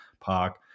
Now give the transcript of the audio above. park